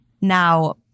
now